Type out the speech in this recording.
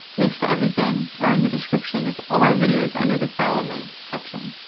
links to everything are in the description of all my videos under the follow me section.